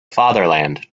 fatherland